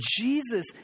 Jesus